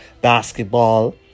basketball